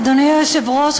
אדוני היושב-ראש,